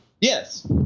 Yes